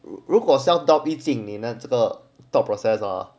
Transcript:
如果 sell stop 一进你这个 process hor